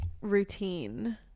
routine